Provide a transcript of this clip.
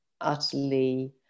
utterly